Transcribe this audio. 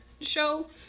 show